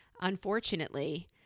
Unfortunately